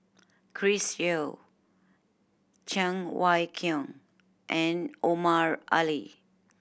Chris Yeo Cheng Wai Keung and Omar Ali